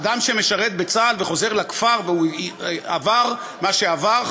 אדם שמשרת בצה"ל וחוזר לכפר והוא עבר מה שעבר,